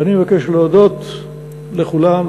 ואני מבקש להודות לכולם,